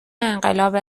انقلاب